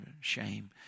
shame